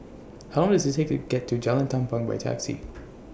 How Long Does IT Take to get to Jalan Tampang By Taxi